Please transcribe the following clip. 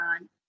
on